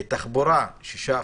תחבורה 6%,